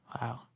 Wow